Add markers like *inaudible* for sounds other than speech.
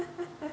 *laughs*